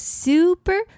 super